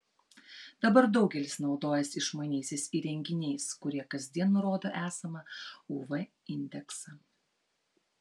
dabar daugelis naudojasi išmaniaisiais įrenginiais kurie kasdien nurodo esamą uv indeksą